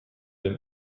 den